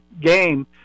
game